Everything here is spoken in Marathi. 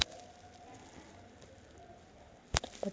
पट्टी नांगरणीतील प्रत्येक पट्टी कमीतकमी पाच इंच रुंद असते